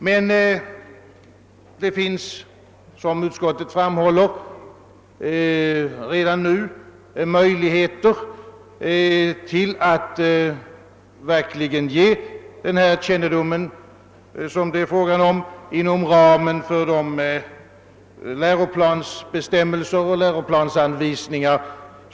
Det finns emellertid, såsom utskottet framhåller, redan nu möjligheter att verkligen ge de kunskaper det gäller inom ramen för gällande läroplansbestämmelser och läroplansanvisningar.